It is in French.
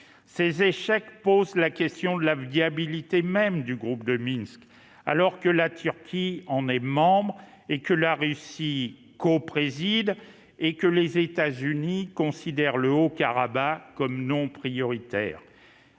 Ces échecs posent la question de la viabilité même du groupe de Minsk, alors que la Turquie en est membre, alors que la Russie en est coprésidente et alors que les États-Unis considèrent le dossier du Haut-Karabagh comme non prioritaire.